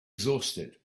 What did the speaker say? exhausted